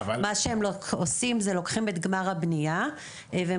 מה שהם עושים זה לוקחים את גמר הבנייה ומצמידים